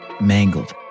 mangled